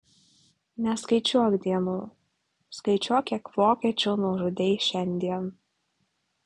neskaičiuok dienų skaičiuok kiek vokiečių nužudei šiandien